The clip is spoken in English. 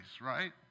right